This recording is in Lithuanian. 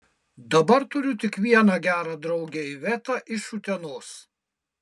dabar turiu tik vieną gerą draugę ivetą iš utenos